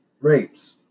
rapes